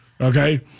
Okay